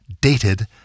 dated